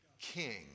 king